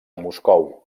moscou